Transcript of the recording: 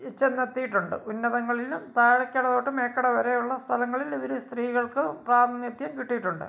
ചെന്നെത്തിട്ടുണ്ട് ഉന്നതങ്ങളിൽ താഴെക്കിടെ തൊട്ട് മേക്കട വരെയുള്ള സ്ഥലങ്ങളിൽ ഇവർ സ്ത്രീകൾക്ക് പ്രാധിനിത്യം കിട്ടിട്ടുണ്ട്